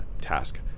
task